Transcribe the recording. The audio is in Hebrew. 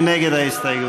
מי נגד ההסתייגות?